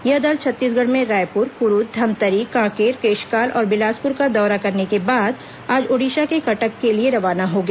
यह दल छत्तीसगढ़ में रायपुर कुरूद धमतरी कांकेर केशकाल और बिलासपुर का दौरा करने के बाद आज ओडिशा के कटक के लिए रवाना हो गया